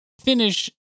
finish